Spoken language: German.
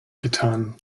getan